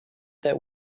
that